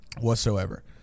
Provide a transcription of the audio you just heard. whatsoever